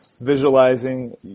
visualizing